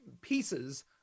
pieces